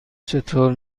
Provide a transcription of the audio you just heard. چطور